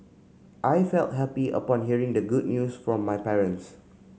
I felt happy upon hearing the good news from my parents